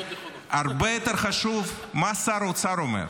הרבה יותר חשוב מה שר אוצר אומר.